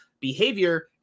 behavior